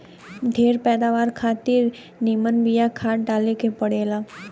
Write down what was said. ढेर पैदावार खातिर निमन बिया खाद डाले के पड़ेला